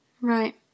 Right